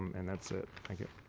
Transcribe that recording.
and that's it. thank you.